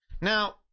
Now